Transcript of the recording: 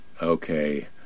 Okay